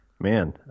Man